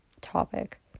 topic